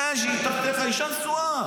כן, שהיא תחתיך, אישה נשואה.